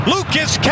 Lucas